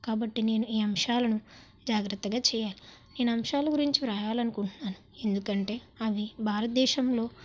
కాబట్టి నేను ఈ అంశాలను జాగ్రత్తగా చేయాలి నేను అంశాల గురించి వ్రాయలనుకుంటున్నాను ఎందుకంటే అవి భారతదేశంలో